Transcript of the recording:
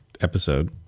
episode